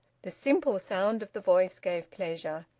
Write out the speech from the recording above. the simple sound of the voice gave pleasure.